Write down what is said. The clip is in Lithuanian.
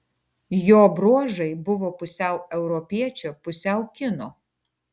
jo bruožai buvo pusiau europiečio pusiau kino